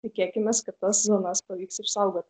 tikėkimės kad tas zonas pavyks išsaugot